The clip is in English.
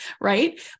right